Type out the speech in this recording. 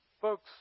folks